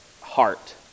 heart